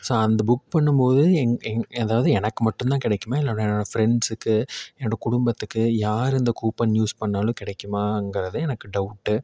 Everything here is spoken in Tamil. ஸோ அந்த புக் பண்ணும் போது எங் எங் அதாவது எனக்கு மட்டும் தான் கிடைக்குமா இல்லை என்னோடய ஃப்ரெண்ட்ஸ்க்கு என்னோடய குடும்பத்துக்கு யாரு இந்த கூப்பன் யூஸ் பண்ணாலும் கிடைக்குமாங்கிறது எனக்கு டௌட்டு